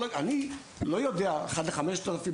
אני לא יודע 1:5,000,